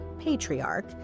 patriarch